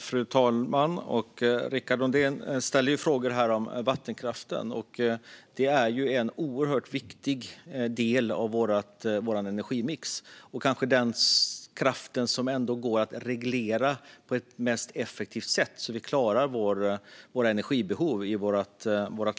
Fru talman! Rickard Nordin ställer frågor om vattenkraften. Den är ju en oerhört viktig del av vår energimix och är kanske den kraft som ändå går att reglera på mest effektiva sätt så att vi klarar landets energibehov.